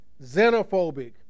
xenophobic